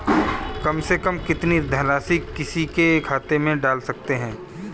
कम से कम कितनी धनराशि किसी के खाते में डाल सकते हैं?